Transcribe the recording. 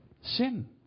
Sin